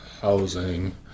housing